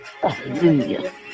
Hallelujah